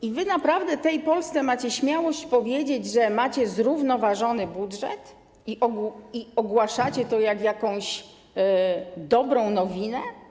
Czy wy naprawdę tej Polsce macie śmiałość powiedzieć, że macie zrównoważony budżet, i ogłaszać to jak jakąś dobrą nowinę?